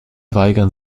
weigern